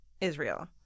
Israel